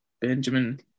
Benjamin